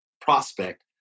prospect